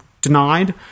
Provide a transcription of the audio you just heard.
denied